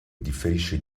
differisce